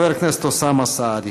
חבר הכנסת אוסאמה סעדי.